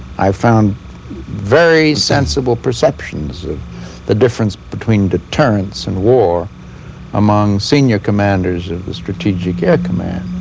i found very sensible perceptions of the difference between deterrence and war among senior commanders of the strategic air command